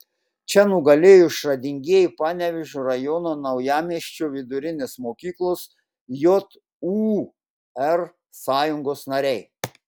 čia nugalėjo išradingieji panevėžio rajono naujamiesčio vidurinės mokyklos jūr sąjungos nariai